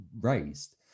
raised